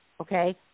okay